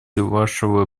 вашего